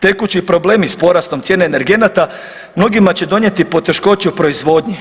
Tekući problemi s porastom cijene energenata mnogima će donijeti poteškoće u proizvodnji.